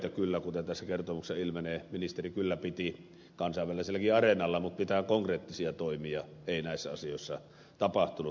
juhlapuheita kuten tästä kertomuksesta ilmenee ministeri kyllä piti kansainväliselläkin areenalla mutta mitään konkreettisia toimia ei näissä asioissa tapahtunut